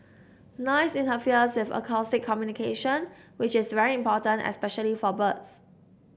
noise interferes of acoustic communication which is very important especially for birds